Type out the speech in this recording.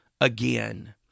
again